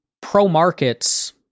pro-market's